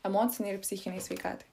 emocinei ir psichinei sveikatai